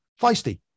feisty